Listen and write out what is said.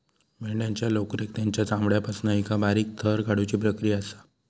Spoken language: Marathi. मेंढ्यांच्या लोकरेक तेंच्या चामड्यापासना एका बारीक थर काढुची प्रक्रिया असा